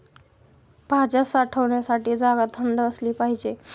भाज्या साठवण्याची जागा थंड असली पाहिजे